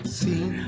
seen